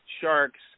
Sharks